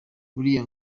buriya